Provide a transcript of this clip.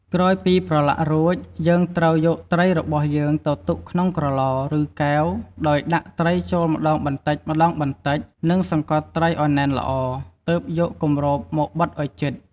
ក្រោយពីប្រឡាក់រួច យើងត្រូវយកត្រីរបស់យើងទៅទុកក្នុងក្រឡ ឬ កែវ ដោយដាក់ត្រីចូលម្ដងបន្តិចៗ និងសង្កត់ត្រីឱ្យណែនល្អ ទើបយកគម្របមកបិទឱ្យជិត។